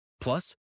Plus